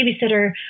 babysitter